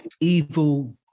evil